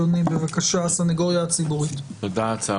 הסניגוריה הציבורית, בבקשה.